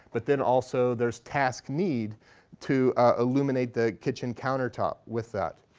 but then also there's task need to ah illuminate the kitchen countertop with that.